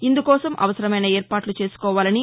ఇందుకోసం అవసరమైన ఏర్పాట్ల చేసుకోవాలని